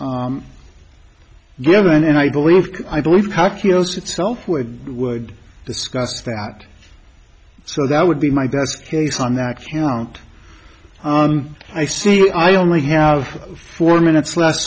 be given and i believe i believe calculus itself would would discuss that so that would be my guess case on that count i see i only have four minutes left